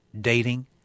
dating